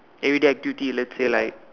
everyday activity let's say like